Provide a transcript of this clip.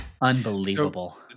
Unbelievable